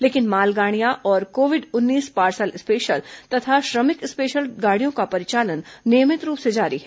लेकिन मालगाड़ियां और कोविड उन्नीस पार्सल स्पेशल तथा श्रमिक स्पेशल गाड़ियों का परिचालन नियमित रूप से जारी है